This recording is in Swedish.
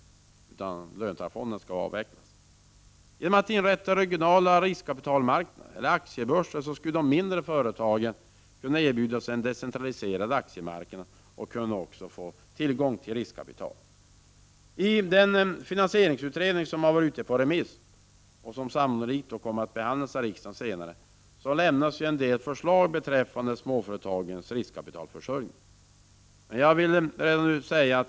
Löntagarfonderna skall avvecklas. Genom inrättande av regionala riskkapitalmarknader eller aktiebörser skulle de mindre företagen kunna erbjudas en decentraliserad aktiemarknad och få tillgång till riskkapital. I den finansieringsutredning som varit ute på remiss och som sannolikt kommer att behandlas av riksdagen framöver lämnas en del förslag beträffande småföretagens riskkapitalförsörjning.